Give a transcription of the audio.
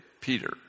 Peter